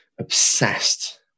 obsessed